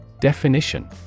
Definition